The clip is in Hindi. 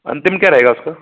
अंतिम क्या रहेगा उसका